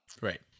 Right